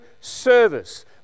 service